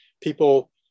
People